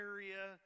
area